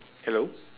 hello